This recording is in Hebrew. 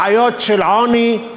בעיות של עוני,